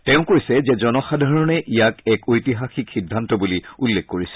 তেওঁ কৈছে যে জনসাধাৰণে ইয়াক এক ঐতিহাসিক সিদ্ধান্ত বুলি উল্লেখ কৰিছে